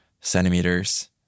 centimeters